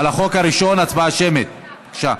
על החוק הראשון, הצבעה שמית, בבקשה.